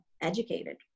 educated